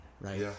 right